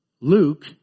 Luke